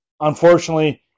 unfortunately